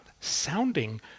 sounding